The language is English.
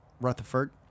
Rutherford